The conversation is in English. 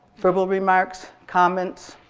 verbal remarks, comments,